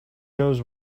knows